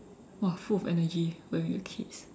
!wah! full of energy when we were kids